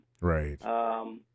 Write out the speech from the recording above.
Right